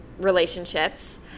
relationships